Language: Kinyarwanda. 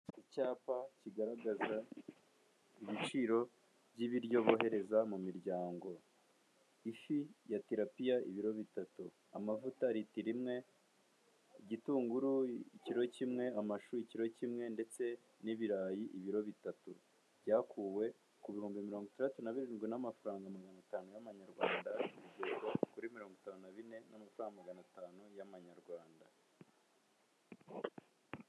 Icyapa kigaragaza ibiciro by'ibiryo bohereza mu miryango. Ifi ya tirapiya ibiro bitatu, amavuta litiro rimwe, igitunguru ikiro kimwe, amashu ikiro kimwe ndetse n'ibirayi ibiro bitatu. Byakuwe ku bihumbi mirongo itandatu na birindwi n'amafaranga magana atanu y'amanyarwanda agere kuri mirongo itanu na bine n'amafaranga magana atanu y'amanyarwanda.